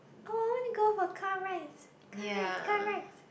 oh I wanna go for car rides car rides car rides